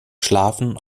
schlafen